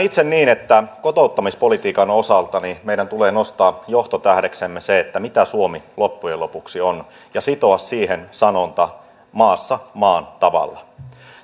itse niin että kotouttamispolitiikan osalta meidän tulee nostaa johtotähdeksemme se mitä suomi loppujen lopuksi on ja sitoa siihen sanonta maassa maan tavalla